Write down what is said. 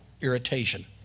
irritation